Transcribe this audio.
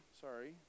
sorry